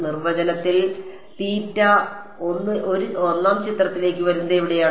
നിർവചനത്തിൽ തീറ്റ I ചിത്രത്തിലേക്ക് വരുന്നത് എവിടെയാണ്